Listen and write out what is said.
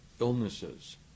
illnesses